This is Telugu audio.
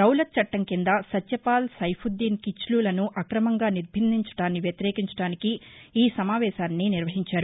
రౌలత్ చట్టం క్రింద సత్యపాల్ సైఫుద్దీన్ కిచ్లూ లను అక్రమంగా నిర్బంధించడాన్ని వ్యతిరేకించడానికి ఈ సమావేశాన్ని నిర్వహించారు